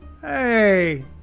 Hey